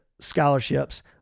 scholarships